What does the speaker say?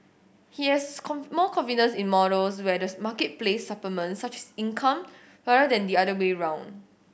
he has more confidence in models where the marketplace supplements such as income rather than the other way round